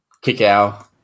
kick-out